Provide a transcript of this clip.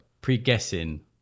pre-guessing